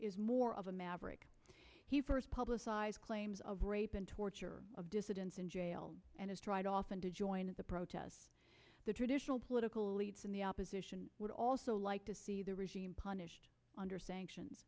is more of a maverick he first publicized claims of rape and torture of dissidents in jail and has tried often to join the protests the traditional political elites in the opposition would also like to see the regime punished under sanctions